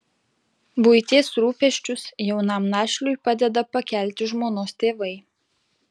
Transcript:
buities rūpesčius jaunam našliui padeda pakelti žmonos tėvai